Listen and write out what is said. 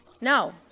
No